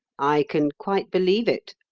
i can quite believe it,